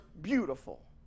beautiful